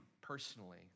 personally